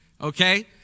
okay